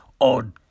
odd